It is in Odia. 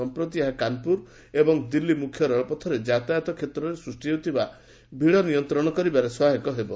ସମ୍ପ୍ରତି ଏହା କାନ୍ପୁର ଏବଂ ଦିଲ୍ଲୀ ମୁଖ୍ୟ ରେଳପଥରେ ଯାତାୟତ କ୍ଷେତ୍ରରେ ସୃଷ୍ଟି ହେଉଥିବା ଭିଡ଼ ହ୍ରାସ କରିବାରେ ସହାୟତା କରିବ